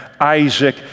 Isaac